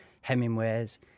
Hemingway's